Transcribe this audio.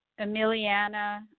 Emiliana